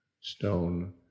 stone